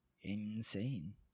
Insane